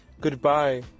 goodbye